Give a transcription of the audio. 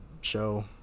show